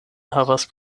havas